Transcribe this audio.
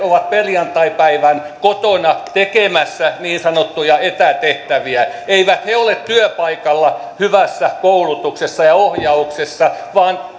ovat perjantaipäivän kotona tekemässä niin sanottuja etätehtäviä eivät he ole työpaikalla hyvässä koulutuksessa ja ohjauksessa vaan